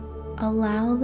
Allow